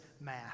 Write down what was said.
math